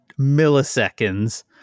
milliseconds